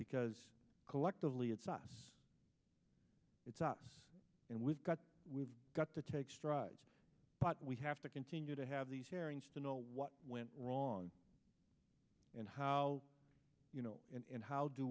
because collectively it's us it's us and we've got we've got to take strides but we have to continue to have these hearings to know what went wrong and how you know and how do